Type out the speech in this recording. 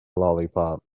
lollipop